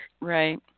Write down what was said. Right